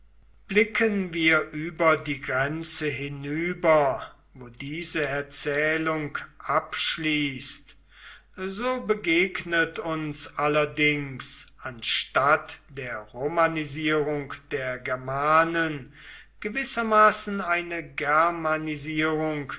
blicken wir über die grenze hinüber wo diese erzählung abschließt so begegnet uns allerdings anstatt der romanisierung der germanen gewissermaßen eine